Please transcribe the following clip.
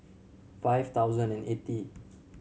five thousand and eighty